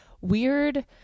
weird